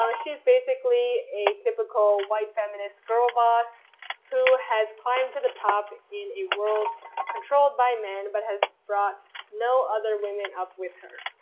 um she's basically a typical white feminist girl boss who has climbed to the top in a world controlled by men, but has brought no other women up with her.